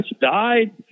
died